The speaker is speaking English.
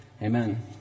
Amen